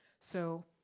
so,